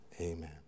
amen